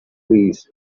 please